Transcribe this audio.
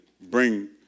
bring